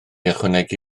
ychwanegu